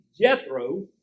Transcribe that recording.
jethro